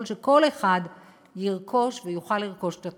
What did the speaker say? כדי שכל אחד ירכוש ויוכל לרכוש את התרופות.